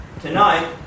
tonight